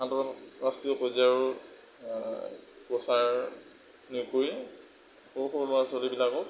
আন্তঃৰাষ্ট্ৰীয় পৰ্যায়ত প্ৰচাৰ নিয়োগ কৰি সৰু সৰু ল'ৰা ছোৱালীবিলাকক